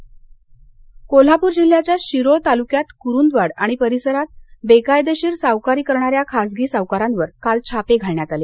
सावकार छापे कोल्हापूर कोल्हापूर जिल्ह्याच्या शिरोळ तालुक्यात कुरुंदवाड आणि परिसरात बेकायदेशीर सावकारी करणाऱ्या खाजगी सावकारांवर काल छापे घालण्यात आले